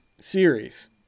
series